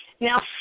Now